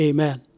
Amen